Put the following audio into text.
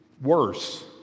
worse